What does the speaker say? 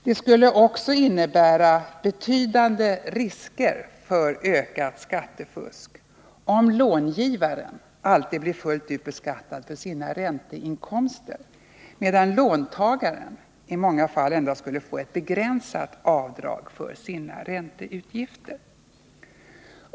Det skulle också innebära betydande risker för ökat skattefusk om långivaren alltid blir fullt ut beskattad för sina ränteinkomster, medan låntagare i många fall endast skulle få göra ett begränsat avdrag för sina ränteutgifter.